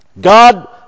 God